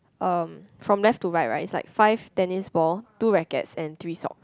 um from left to right right is like five tennis balls two rackets and three sock